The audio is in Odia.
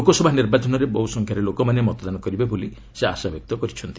ଲୋକସଭା ନିର୍ବାଚନରେ ବହୁ ସଂଖ୍ୟାରେ ଲୋକମାନେ ମତଦାନ କରିବେ ବୋଲି ସେ ଆଶାବ୍ୟକ୍ତ କରିଛନ୍ତି